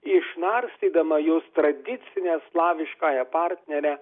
išnarstydama jos tradicinę slaviškąją partnerę